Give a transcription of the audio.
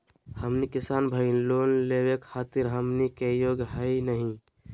हमनी किसान भईल, लोन लेवे खातीर हमनी के योग्य हई नहीं?